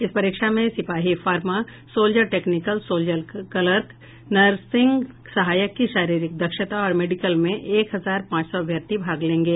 इस परीक्षा में सिपाही pharma soldier technical soldier clerk nursing सहायक की शारीरिक दक्षता और मेडिकल में एक हजार पांच सौ अभ्यर्थी भाग लेंगे